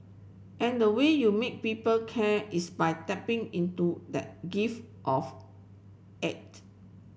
and the way you make people care is by tapping into that gift of eight